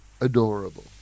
adorable